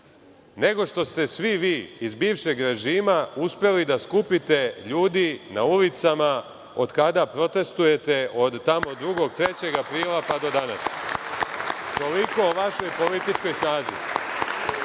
nego što ste svi vi iz bivšeg režima uspeli da skupite ljudi na ulicama od kada protestujete od tamo 2, 3. aprila pa do danas. Toliko o vašoj političkoj snazi.